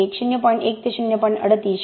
1 ते 0